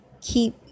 Keep